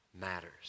matters